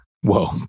Whoa